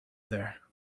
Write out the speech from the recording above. there